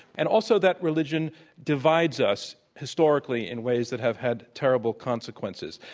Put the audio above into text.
and also that religion divides us historically in ways that have had terrible consequences.